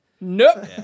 Nope